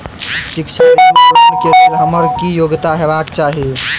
शिक्षा ऋण वा लोन केँ लेल हम्मर की योग्यता हेबाक चाहि?